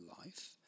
life